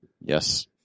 Yes